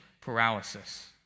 paralysis